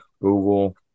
Google